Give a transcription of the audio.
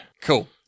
Cool